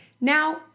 Now